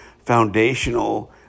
foundational